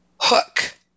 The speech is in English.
hook